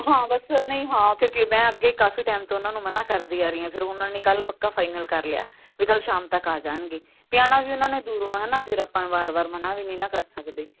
ਹਾਂ ਬੱਸ ਤੁੂੰ ਏਨਾ ਹੀ ਹਾਂ ਕਿਉਂਕਿ ਮੈਂ ਅੱਗੇ ਕਾਫੀ ਟਾਈਮ ਤੋਂ ਉਹਨਾਂ ਨੂੰ ਮਨਾ ਕਰਦੀ ਆ ਰਹੀ ਫਿਰ ਉਹਨਾਂ ਨੇ ਕੱਲ ਪੱਕਾ ਫਾਈਨਲ ਕਰ ਲਿਆ ਵੀ ਕੱਲ ਸ਼ਾਮ ਤੱਕ ਆ ਜਾਣਗੇ ਤੇ ਐਹ ਨਾ ਉਹਨਾਂ ਨੇ ਦੂਰੋਂ ਨਾ ਫਿਰ ਆਪਾਂ ਵਾਰ ਵਾਰ ਮਨਾ ਵੀ ਨਹੀਂ ਨਾ ਕਰ ਸਕਦੇ